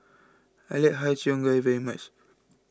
I like Har Cheong Gai very much